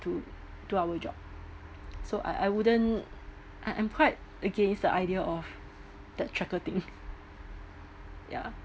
to do our job so I I wouldn't I I'm quite against the idea of that tracker thing ya